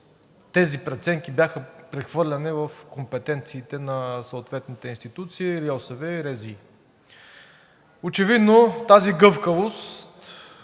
тези преценки бяха прехвърляне в компетенциите на съответните институции – РИОСВ и РЗИ. Очевидно тази гъвкавост